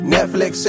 Netflix